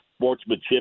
sportsmanship